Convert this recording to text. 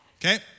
Okay